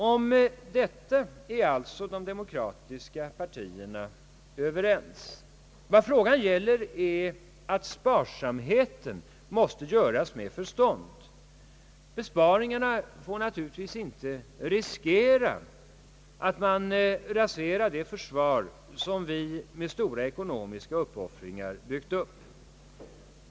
Om detta är de demokratiska pariierna överens. Vad frågan gäller är att sparsamheten måste ske med förstånd. Besparingarna får naturligtvis inte riskera att man raserar det försvar, som vi med stora ekonomiska uppoffringar har byggt upp.